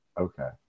Okay